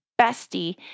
bestie